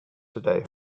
today